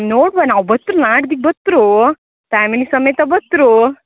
ನೋಡ್ವ ನಾವು ಬತ್ರು ನಾಡ್ದು ಬತ್ರೂ ಪ್ಯಾಮಿಲಿ ಸಮೇತ ಬತ್ರೂ